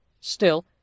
Still